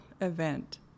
event